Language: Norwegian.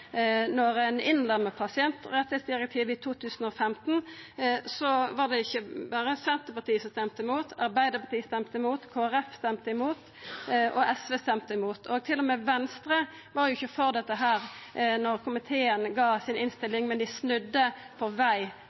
ein innlemma pasientrettsdirektivet i 2015, var det ikkje berre Senterpartiet som stemte mot. Arbeidarpartiet stemte mot, Kristeleg Folkeparti stemte mot, og SV stemte mot. Heller ikkje Venstre var for dette da komiteen ga innstillinga si, men dei snudde på veg